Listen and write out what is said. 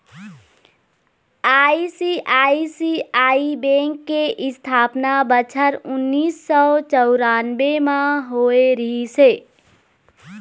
ICICI bank के इस्थापना बछर उन्नीस सौ चउरानबे म होय रिहिस हे